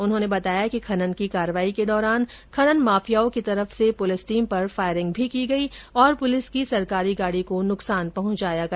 उन्होंने बताया कि खनन की कार्रवाई के दौरान खनन माफियाओं की तरफ से पुलिस टीम पर फायरिंग भी की गई और पुलिस की सरकारी गाड़ी को भी नुकसान पहुंचाया गया